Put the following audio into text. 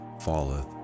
falleth